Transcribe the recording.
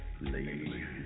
Lady